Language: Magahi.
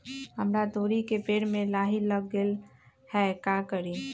हमरा तोरी के पेड़ में लाही लग गेल है का करी?